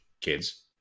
kids